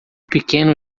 pequeno